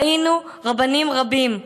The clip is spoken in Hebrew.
ראינו רבנים רבים,